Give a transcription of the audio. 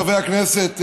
חברי הכנסת,